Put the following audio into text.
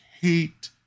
hate